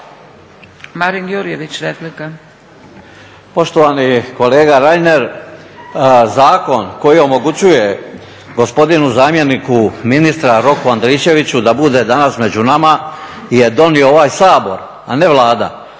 Marin Jurjević, replika.